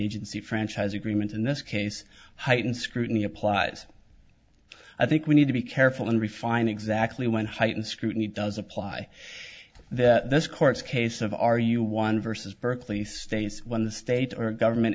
agency franchise agreement in this case heightened scrutiny applies i think we need to be careful and refine exactly when heightened scrutiny does apply that this court's case of are you one versus berkeley states when the state or government